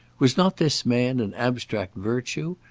was not this man an abstract virtue?